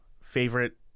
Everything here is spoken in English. favorite